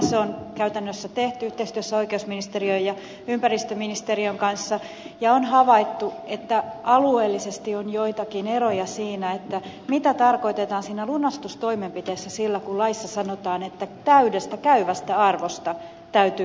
se on käytännössä tehty yhteistyössä oikeusministeriön ja ympäristöministeriön kanssa ja on havaittu että alueellisesti on joitakin eroja siinä mitä tarkoitetaan siinä lunastustoimenpiteessä sillä kun laissa sanotaan että täydestä käyvästä arvosta täytyy lunastaa